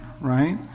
right